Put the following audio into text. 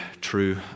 true